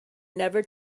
never